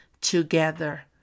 together